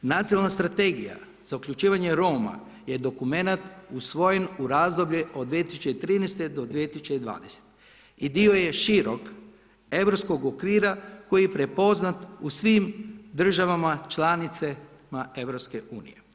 Nacionalna strategija za uključivanje Roma je dokument usvojen u razdoblju 2013-2020. i dio je šireg europskog okvira koji je prepoznat u svim državama članicama EU.